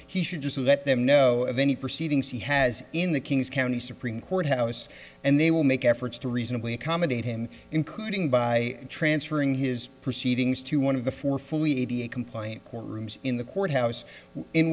he should just let them know of any proceedings he has in the king's county supreme court house and they will make efforts to reasonably accommodate him including by transferring his proceedings to one of the four fully a b a compliant court rooms in the courthouse in